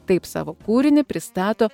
taip savo kūrinį pristato